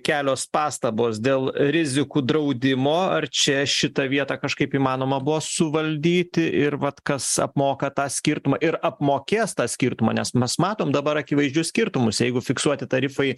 kelios pastabos dėl rizikų draudimo ar čia šitą vietą kažkaip įmanoma buvo suvaldyti ir vat kas apmoka tą skirtumą ir apmokės tą skirtumą nes mes matom dabar akivaizdžius skirtumus jeigu fiksuoti tarifai